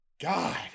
God